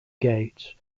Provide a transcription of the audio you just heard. gates